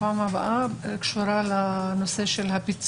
ברשותכם אני אבקש קודם כול מעו"ד רווה לומר לנו איפה אנחנו